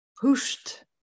pushed